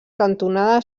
cantonada